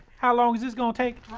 how long is this gonna take?